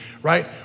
Right